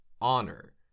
honor